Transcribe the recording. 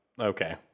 Okay